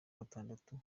gatandatu